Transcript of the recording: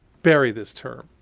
bury this term.